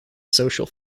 social